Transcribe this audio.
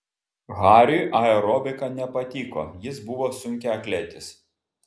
hariui aerobika nepatiko jis buvo sunkiaatletis